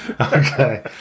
okay